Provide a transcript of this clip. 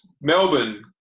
Melbourne